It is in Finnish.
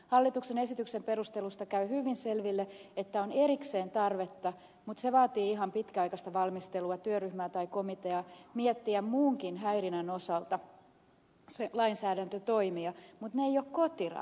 hallituksen esityksen perusteluista käy hyvin selville että on erikseen tarvetta se vaatii ihan pitkäaikaista valmistelua työryhmää tai komiteaa miettiä muunkin häirinnän osalta lainsäädäntötoimia mutta ne eivät liity kotirauhaan